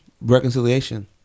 reconciliation